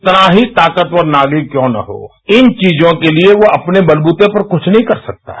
कितना ही ताकतवर नागरिक क्यों न हो इन चीजों के लिए यो अपने बलवृते पर कुछ नहीं कर सकता है